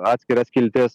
atskira skiltis